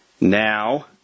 Now